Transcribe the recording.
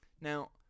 Now